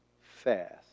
fast